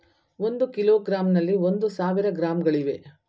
ಒಂದು ಕಿಲೋಗ್ರಾಂನಲ್ಲಿ ಒಂದು ಸಾವಿರ ಗ್ರಾಂಗಳಿವೆ